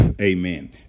Amen